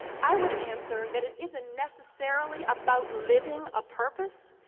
i would answer that it isn't necessarily about living a purpose,